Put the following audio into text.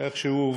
איכשהו,